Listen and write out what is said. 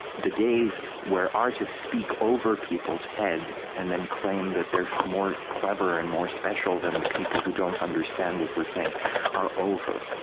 the days where artists speak over people's heads and then claim that they're more clever and more special than the people who don't understand what we're saying are over.